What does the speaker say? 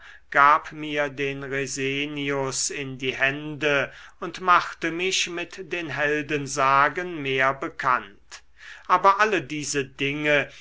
gab mir den resenius in die hände und machte mich mit den heldensagen mehr bekannt aber alle diese dinge